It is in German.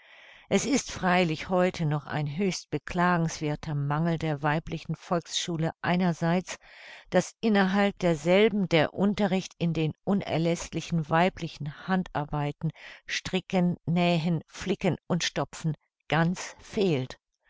es ist freilich heute noch ein höchst beklagenswerther mangel der weiblichen volksschule einerseits daß innerhalb derselben der unterricht in den unerläßlichen weiblichen handarbeiten stricken nähen flicken und stopfen ganz fehlt